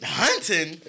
hunting